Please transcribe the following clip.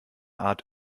art